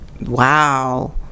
Wow